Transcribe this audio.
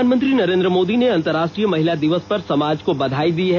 प्रधानमंत्री नरेंद्र मोदी ने अंतरराष्ट्रीय महिला दिवस पर समाज को बधाई दी है